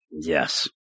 Yes